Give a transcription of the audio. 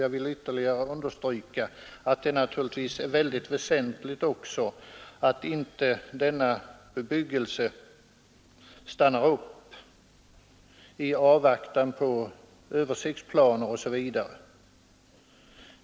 Givetvis är det också mycket väsentligt att den bebyggelsen inte stannar upp i avvaktan på översiktsplaner o. d.